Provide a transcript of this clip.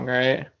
right